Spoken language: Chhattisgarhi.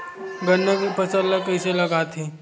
गन्ना के फसल ल कइसे लगाथे?